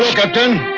captain